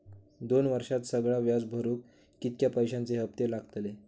दोन वर्षात सगळा व्याज भरुक कितक्या पैश्यांचे हप्ते लागतले?